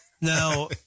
Now